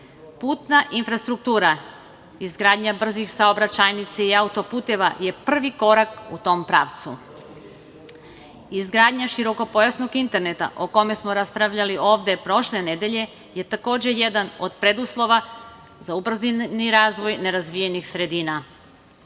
infrastruktura, izgradnja brzih saobraćajnica i autoputeva je prvi korak u tom pravcu. Izgradnja širokopojasnog interneta, o kome smo raspravljali ovde prošle nedelje, je takođe jedan od preduslova za ubrzani razvoj nerazvijenih sredina.